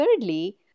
thirdly